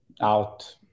out